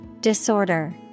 Disorder